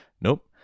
nope